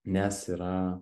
nes yra